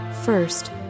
First